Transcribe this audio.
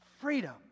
Freedom